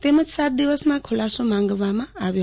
તેમજ સાત દિવસમાં ખુલાસો માંગવામાં આવ્યો